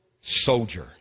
soldier